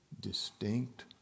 distinct